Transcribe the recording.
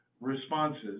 responses